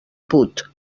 put